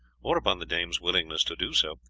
or upon the dame's willingness to do so,